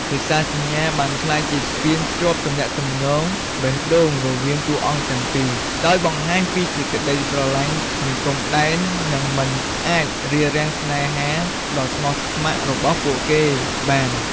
ភាសាសញ្ញាបានក្លាយជាស្ពានភ្ជាប់ទំនាក់ទំនងបេះដូងរវាងតួអង្គទាំងពីរ ដោយបង្ហាញពីសេចក្តីស្រឡាញ់គ្មានព្រំដែន និងមិនអាចរារាំងស្នេហាដ៏ស្មោះស្មគ្រ័របស់ពួកគេបាន ។